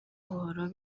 buhoro